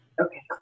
Okay